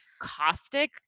caustic